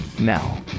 now